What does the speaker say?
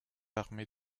armées